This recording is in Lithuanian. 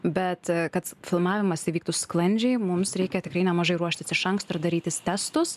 bet kad filmavimas įvyktų sklandžiai mums reikia tikrai nemažai ruoštis iš anksto ir darytis testus